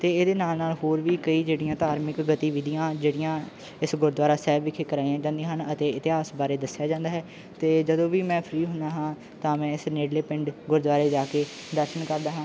ਅਤੇ ਇਹਦੇ ਨਾਲ ਨਾਲ ਹੋਰ ਵੀ ਕਈ ਜਿਹੜੀਆਂ ਧਾਰਮਿਕ ਗਤੀਵਿਧੀਆਂ ਜਿਹੜੀਆਂ ਇਸ ਗੁਰਦੁਆਰਾ ਸਾਹਿਬ ਵਿਖੇ ਕਰਵਾਈਆਂ ਜਾਂਦੀਆਂ ਹਨ ਅਤੇ ਇਤਿਹਾਸ ਬਾਰੇ ਦੱਸਿਆ ਜਾਂਦਾ ਹੈ ਅਤੇ ਜਦੋਂ ਵੀ ਮੈਂ ਫ੍ਰੀ ਹੁੰਦਾ ਹਾਂ ਤਾਂ ਮੈਂ ਇਸ ਨੇੜਲੇ ਪਿੰਡ ਗੁਰਦੁਆਰੇ ਜਾ ਕੇ ਦਰਸ਼ਨ ਕਰਦਾ ਹਾਂ